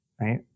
right